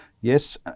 Yes